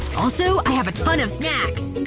also, i have a ton of snacks and